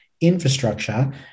infrastructure